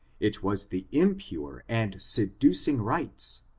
it was the impure and seducing rites,